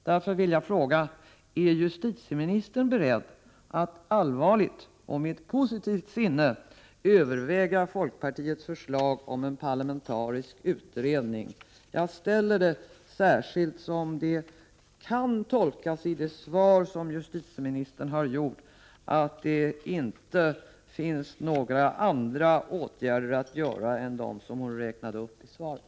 Därför vill jag fråga: Är justitieministern beredd att allvarligt och med positivt sinne överväga folkpartiets förslag om en parlamentarisk utredning? Jag ställer denna fråga särskilt mot bakgrund av att justitieministerns svar kan tolkas som att det inte finns några andra åtgärder att vidta än de som hon räknade upp i svaret.